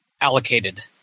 allocated